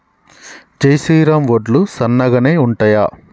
జై శ్రీరామ్ వడ్లు సన్నగనె ఉంటయా?